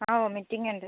ആ വോമിറ്റിംഗ് ഉണ്ട്